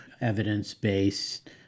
evidence-based